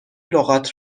لغات